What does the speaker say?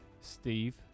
Steve